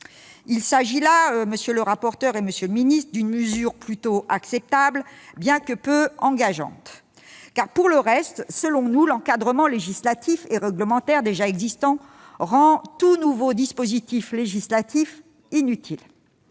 Il s'agit là, monsieur le secrétaire d'État, monsieur le rapporteur, d'une mesure plutôt acceptable, bien qu'elle n'engage pas à grand-chose. Pour le reste, selon nous, l'encadrement législatif et réglementaire déjà existant rend tout nouveau dispositif législatif inutile.